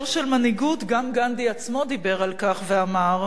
גם גנדי עצמו דיבר על כך ואמר כבר אז,